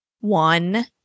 One